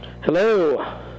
Hello